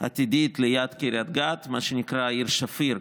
עתידית ליד קריית גת, מה שנקרא העיר שפיר.